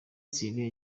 thierry